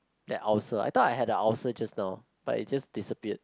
that ulcer I thought I had a ulcer just now but it just disappeared